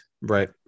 Right